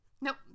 nope